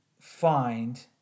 find